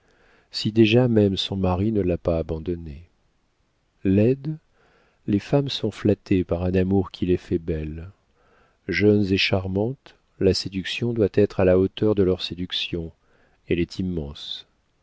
si déjà même son mari ne l'a pas abandonnée laides les femmes sont flattées par un amour qui les fait belles jeunes et charmantes la séduction doit être à la hauteur de leurs séductions elle est immense